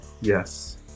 Yes